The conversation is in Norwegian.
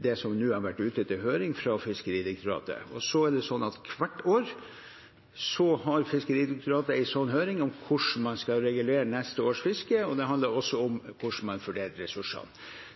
det som nå har vært ute til høring fra Fiskeridirektoratet. Hvert år har Fiskeridirektoratet en sånn høring om hvordan man skal regulere neste års fiske, og det handler også om hvordan man fordeler ressursene.